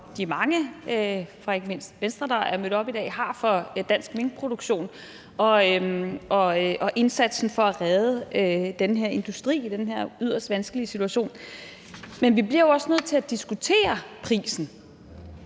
de mange fra ikke mindst Venstre, der er mødt op i dag, har for dansk minkproduktion og indsatsen for at redde den her industri i den her yderst vanskelige situation, men vi bliver jo også nødt til at diskutere prisen.